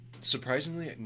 Surprisingly